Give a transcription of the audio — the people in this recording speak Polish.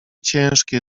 ciężkie